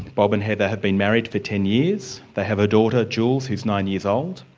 bob and heather have been married for ten years they have a daughter, jules, who's nine years old,